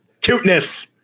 cuteness